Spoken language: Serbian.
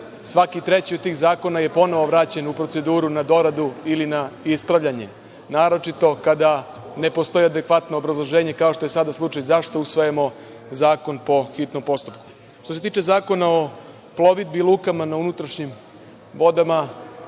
svaki treći od tih zakona je ponovo vraćen u proceduru na doradu ili na ispravljanje, naročito kada ne postoje adekvatno obrazloženje, kao što je sada slučaj, zašto usvajamo zakon po hitnom postupku. Što se tiče Zakona o plovidbi i lukama na unutrašnjim vodama,